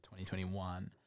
2021